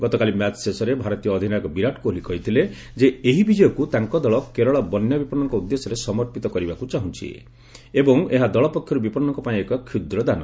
ଗତକାଲି ମ୍ୟାଚ୍ ଶେଷରେ ଭାରତୀୟ ଅଧିନାୟକ ବିରାଟ କୋହଲି କହିଥିଲେ ଯେ ଏହି ବିଜୟକୁ ତାଙ୍କ ଦଳ କେରଳ ବନ୍ୟା ବିପନ୍ନଙ୍କ ଉଦ୍ଦେଶ୍ୟରେ ସମର୍ପିତ କରିବାକୁ ଚାହୁଁଛି ଏବଂ ଏହା ଦଳ ପକ୍ଷର୍ ବିପନ୍ନଙ୍କ ପାଇଁ ଏକ କ୍ଷୁଦ୍ର ଦାନ